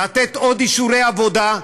לתת עוד אישורי עבודה,